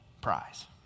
Prize